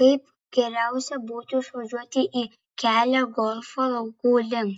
kaip geriausia būtų išvažiuoti į kelią golfo laukų link